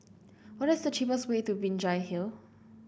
what is the cheapest way to Binjai Hill